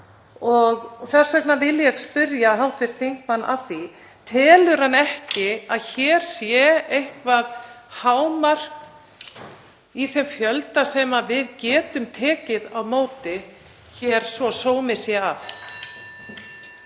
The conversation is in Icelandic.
Þess vegna vil ég spyrja hv. þingmann: Telur hann ekki að hér sé eitthvert hámark í þeim fjölda sem við getum tekið á móti svo sómi sé að?